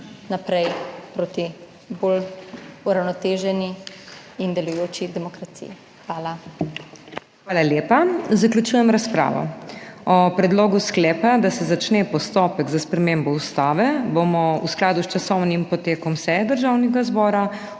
naprej proti bolj uravnoteženi in delujoči demokraciji. Hvala. **PODPREDSEDNICA MAG. MEIRA HOT:** Hvala lepa. Zaključujem razpravo. O predlogu sklepa, da se začne postopek za spremembo ustave, bomo v skladu s časovnim potekom seje Državnega zbora